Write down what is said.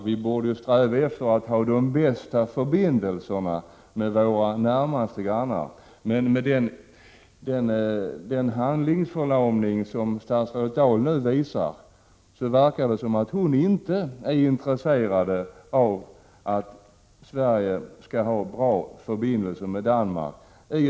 Vi borde sträva efter att ha de bästa förbindelserna med våra närmaste grannar. Men med den handlingsförlamning som statsrådet Dahl nu visar verkar det som om hon inte är intresserad av att Sverige skall ha bra förbindelser med Danmark.